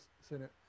Senate